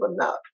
enough